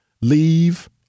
leave